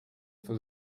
for